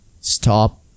Stop